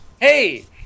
Hey